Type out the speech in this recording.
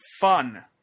fun